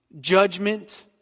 judgment